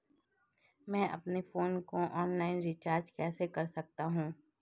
मैं अपने फोन को ऑनलाइन रीचार्ज कैसे कर सकता हूं?